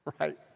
right